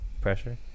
pressure